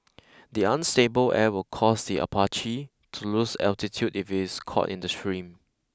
the unstable air will cause the Apache to lose altitude if it is caught in the stream